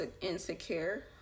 insecure